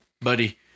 Buddy